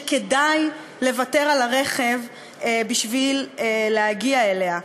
שכדאי לוותר על הרכב בשביל להגיע אליה.